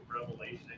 revelation